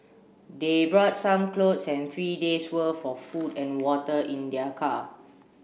they brought some clothes and three days' worth of food and water in their car